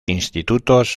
institutos